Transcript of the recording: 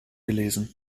gelesen